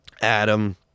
Adam